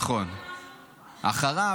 נכון -- אמרתי לו,